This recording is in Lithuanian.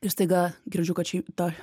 ir staiga girdžiu kad šei ta